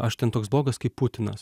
aš ten toks blogas kaip putinas